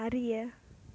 அறிய